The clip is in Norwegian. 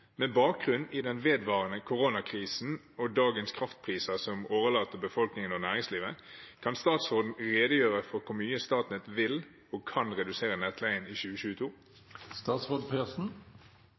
Med bakgrunn i den vedvarende koronakrisen, og dagens kraftpriser som årelater befolkningen og næringslivet, kan statsråden redegjøre for hvor mye Statnett vil, og kan, redusere nettleien i 2022?»